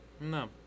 No